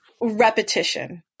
repetition